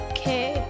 Okay